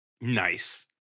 Nice